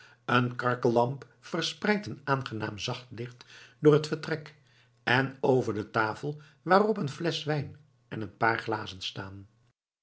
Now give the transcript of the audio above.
een carcel lamp verspreidt een aangenaam zacht licht door het vertrek en over de tafel waarop een flesch wijn en een paar glazen staan